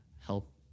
help